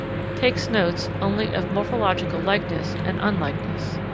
takes notes only of morphological likeness and unlikeness.